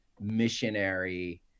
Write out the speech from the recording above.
missionary